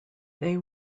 they